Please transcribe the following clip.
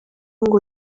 ngo